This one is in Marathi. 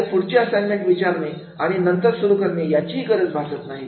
त्याने पुढची असाइनमेंट विचारणे आणि नंतर सुरू करणे याची गरज भासत नाही